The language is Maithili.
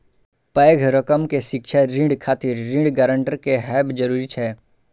पैघ रकम के शिक्षा ऋण खातिर ऋण गारंटर के हैब जरूरी छै